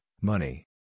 money